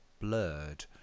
blurred